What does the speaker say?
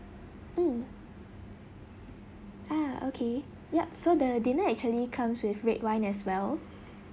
mm ah okay yup so the dinner actually comes with red wine as well